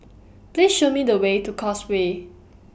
Please Show Me The Way to Causeway